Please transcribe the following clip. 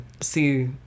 see